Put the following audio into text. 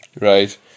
right